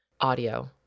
audio